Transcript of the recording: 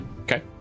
Okay